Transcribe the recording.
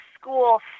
school